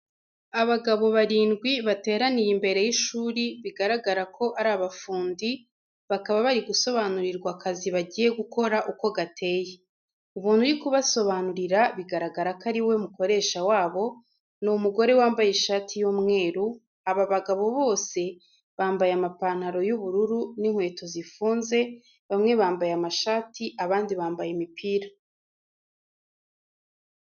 Abagabo barindwi bateraniye imbere y'ishuri bigaragara ko ari abafundi, bakaba bari gusobanurirwa akazi bagiye gukora uko gateye, umuntu uri kubasobanurura bigaragara ko ari we mukoresha wabo, ni umugore wambaye ishati y'umweru, aba bagabo bose bambaye amapantaro y'ubururu n'inkweto zifunze, bamwe bambaye amashati, abandi bambaye imipira.